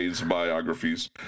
biographies